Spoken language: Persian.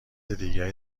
دیگری